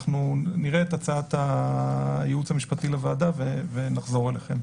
אנחנו נראה את הצעת הייעוץ המשפטי של הוועדה ונחזור אליכם.